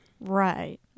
Right